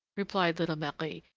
replied little marie,